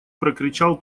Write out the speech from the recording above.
прокричал